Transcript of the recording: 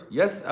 yes